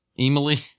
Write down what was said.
Emily